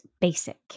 basic